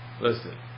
Listen